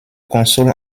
console